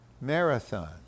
marathon